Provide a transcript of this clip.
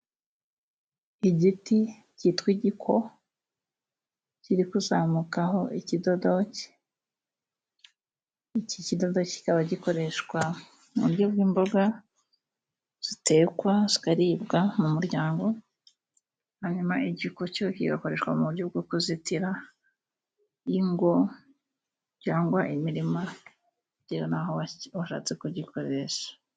Igiti cyitwa igiko kiri kuzamukaho ikidodoki, ikidodoki kikaba gikoreshwa mu buryo bw'imboga zitekwa, zikaribwa mu muryango, hanyuma igiko cyo kigakoreshwa mu buryo bwo kuzitira ingo cyangwa imirima bitewe naho washatse kugikoresha.